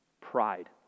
Pride